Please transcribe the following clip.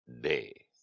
day